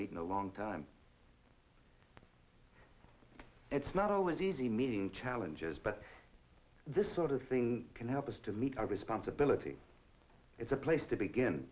meeting a long time it's not always easy meeting challenges but this sort of thing can help us to meet our responsibility it's a place to begin